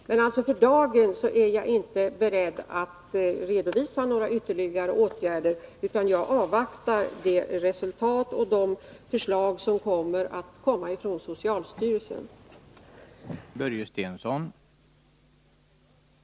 Men för dagen är jag som sagt inte beredd att redovisa några ytterligare åtgärder, utan jag avvaktar de resultat och de förslag som socialstyrelsen kommer att presentera.